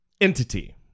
entity